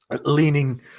leaning